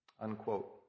unquote